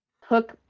Hook